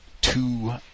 two